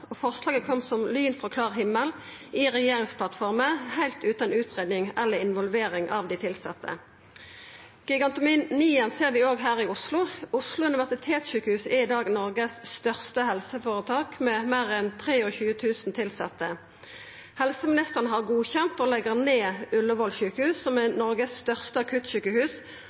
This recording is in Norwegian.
Forslaget kom som lyn frå klar himmel i regjeringsplattforma, heilt utan utgreiing eller involvering av dei tilsette. Gigantomanien ser vi også her i Oslo. Oslo universitetssykehus er i dag Noregs største helseføretak med meir enn 23 000 tilsette. Helseministeren har godkjent å leggja ned Ullevål sykehus, som er Noregs største akuttsjukehus,